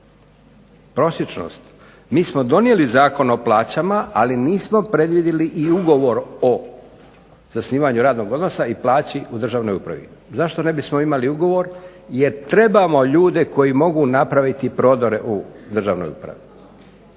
Prosječnost. Mi smo donijeli Zakon o plaćama, ali nismo predvidjeli i ugovor o zasnivanju radnog odnosa i plaći u državnoj upravi. Zašto ne bismo imali ugovor, jer trebamo ljude koji mogu napraviti prodore u državnoj upravi.